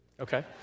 okay